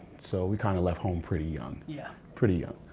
so, we kind of left home pretty young. yeah. pretty young.